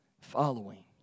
following